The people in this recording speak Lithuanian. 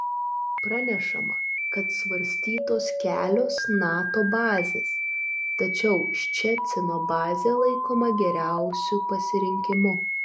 pranešama kad svarstytos kelios nato bazės tačiau ščecino bazė laikoma geriausiu pasirinkimu